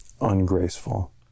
ungraceful